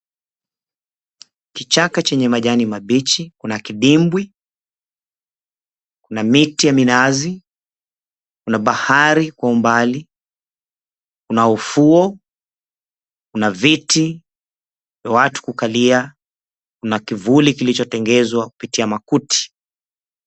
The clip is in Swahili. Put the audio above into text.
Kichaka chenye majani mabichi. Kuna kidimbwi, kuna miti ya minazi, kuna bahari kwa umbali, kuna ufuo, kuna viti vya watu kukalia, kuna kivuli kilichotengezwa kupitia makuti.